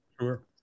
Sure